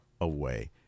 away